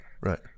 Right